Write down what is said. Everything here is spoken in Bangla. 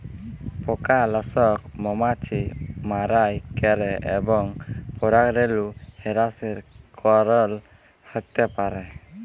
পকালাসক মমাছি মারাই ক্যরে এবং পরাগরেলু হেরাসের কারল হ্যতে পারে